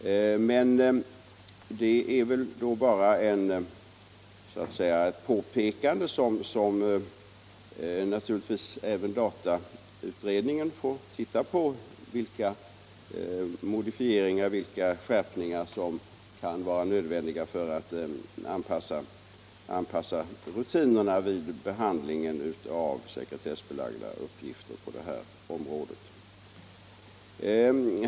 Men det är väl då bara ett påpekande som naturligtvis även datautredningen får se på och även undersöka vilka modifieringar eller skärpningar som kan vara nödvändiga att göra för att anpassa rutinerna vid behandlingen av sekretessbelagda uppgifter på detta område.